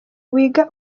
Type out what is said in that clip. wiga